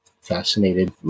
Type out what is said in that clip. fascinated